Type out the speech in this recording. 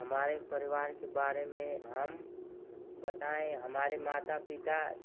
हमारे परिवार के बारे में हम बताएँ हमारे माता पिता